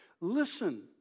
Listen